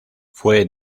fue